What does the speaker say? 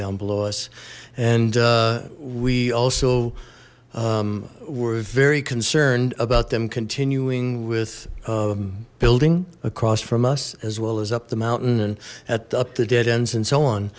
down below us and we also were very concerned about them continuing with building across from us as well as up the mountain and up the dead ends and so on